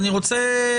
אני רוצה